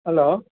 hello